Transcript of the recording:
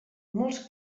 molts